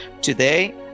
today